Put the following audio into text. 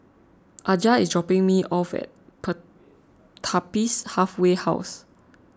Aja is dropping me off at Pertapis Halfway House